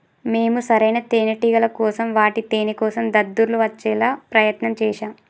మేము సరైన తేనేటిగల కోసం వాటి తేనేకోసం దద్దుర్లు వచ్చేలా ప్రయత్నం చేశాం